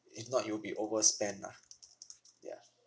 if not you'll be overspend ah ya